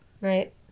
Right